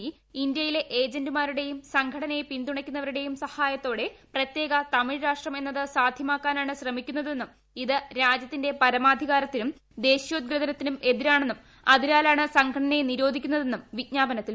E ഇന്ത്യയിലെ ഏജന്റുമാരുടേയും സംഘട നയെ പിന്തുണയ്ക്കുന്നവരുടേയും സഹായത്തോടെ പ്രത്യേക തമിഴ് രാഷ്ടം എന്നത് സാധ്യമാക്കാനാണ് സംഘടന ശ്രമിക്കുന്നതെന്നതെ ന്നും ഇത് രാജ്യത്തിന്റെ പരമാധികാരത്തിനും ദേശിയോദ്ഗ്രഥനത്തി നും എതിരാണെന്നും അതിനാലാണ് സംഘടനയെ നിരോധിക്കുന്നതെ ന്നും വിജ്ഞാപനത്തിൽ പറയുന്നു